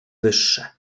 wyższe